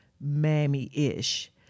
mammy-ish